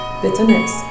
bitterness